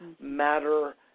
matter